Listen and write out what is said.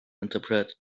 interpret